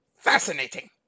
Fascinating